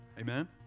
Amen